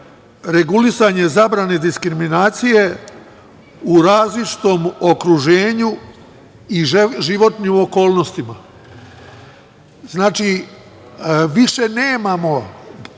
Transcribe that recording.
regulisanje zabrane diskriminacije u različitom okruženju i životnim okolnostima. Znači, više nemamo,